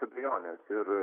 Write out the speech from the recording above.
abejonės ir